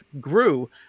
grew